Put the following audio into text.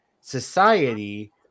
society